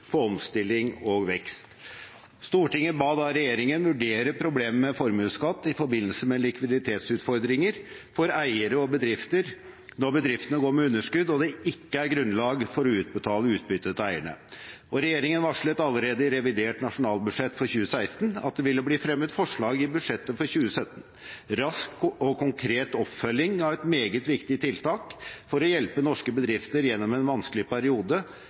for omstilling og vekst. Stortinget ba da regjeringen vurdere problemet med formuesskatt i forbindelse med likviditetsutfordringer for eiere og bedrifter når bedriftene går med underskudd og det ikke er grunnlag for å utbetale utbytte til eierne, og regjeringen varslet allerede i revidert nasjonalbudsjett for 2016 at det ville bli fremmet forslag i budsjettet for 2017. Dette er en rask og konkret oppfølging av et meget viktig tiltak for å hjelpe norske bedrifter gjennom en vanskelig periode